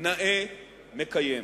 נאה מקיים".